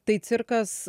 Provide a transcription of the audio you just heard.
tai cirkas